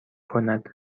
کند